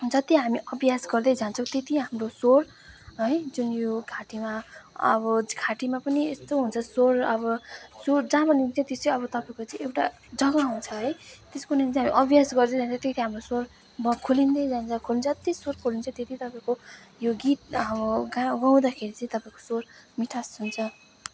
जति हामी अभ्यास गर्दै जान्छौँ त्यति हाम्रो स्वर है जुन यो घाँटीमा अब घाटीमा पनि यस्तो हुन्छ स्वर अब यो जहाँबाट निस्किन्छ त्यो चाहिँ तपाईँको चाहिँ एउटा जग्गा हुन्छ है त्यसको निम्ति हामी अभ्यास गर्दै जान्छौँ त्यति नै हाम्रो स्वर खोलिँदै जान्छ जति स्वर खोलिन्छ त्यति तपाईँको यो गीत अब गाउँदाखेरि चाहिँ तपाईँको स्वर मिठास हुन्छ